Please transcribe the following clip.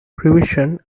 revision